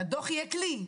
שהדוח יהיה כלי.